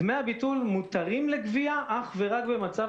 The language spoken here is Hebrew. דמי הביטול מותרים לגבייה אך ורק במצב